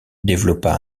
développa